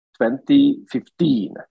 2015